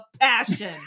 passion